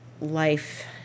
life